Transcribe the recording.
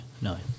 no